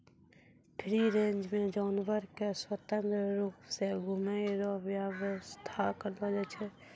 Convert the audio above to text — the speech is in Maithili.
फ्री रेंज मे जानवर के स्वतंत्र रुप से घुमै रो व्याबस्था करलो जाय छै